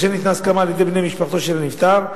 כאשר ניתנה הסכמה על-ידי בני משפחתו של הנפטר,